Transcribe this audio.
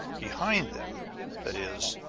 behind them that is,